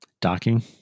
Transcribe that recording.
Docking